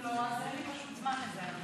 אם לא, אין לי פשוט זמן לזה היום.